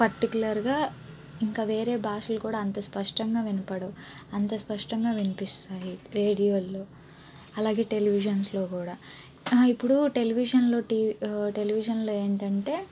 పర్టికులర్గా ఇంక వేరే భాషలు కూడా అంత స్పష్టంగా వినపడవు అంత స్పష్టంగా వినిపిస్తాయి రేడియోలలో అలాగే టెలివిజన్స్లో కూడా ఇప్పుడు టెలివిజన్ టెలివిజన్లో ఏంటంటే